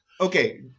okay